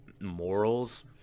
morals